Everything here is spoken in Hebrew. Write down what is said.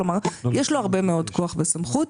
כלומר, יש לו הרבה מאוד כוח וסמכות.